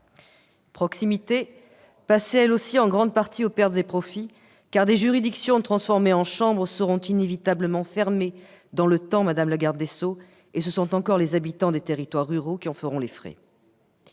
proximité est, elle aussi, passée en grande partie par pertes et profits. Certaines des juridictions transformées en chambres seront inévitablement fermées à l'avenir, madame la garde des sceaux, et ce sont encore les habitants des territoires ruraux qui en feront les frais.